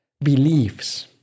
beliefs